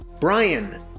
Brian